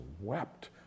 wept